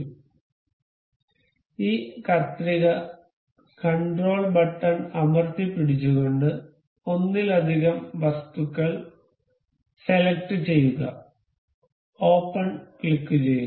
അതിനാൽ ഈ കത്രിക കണ്ട്രോൾ ബട്ടൺ അമര്തിപിടിച്ചുകൊണ്ടു ഒന്നിലധികം വസ്തുക്കൾ സെലക്ട് ചെയ്യുക ഓപ്പൺ ക്ലിക്കുചെയ്യുക